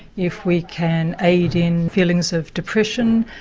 if we can aid in feelings of depression,